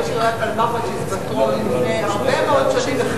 לערבי שירי הפלמ"ח ו"הצ'יזבטרון" לפני הרבה מאוד שנים.